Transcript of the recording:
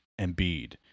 Embiid